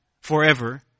forever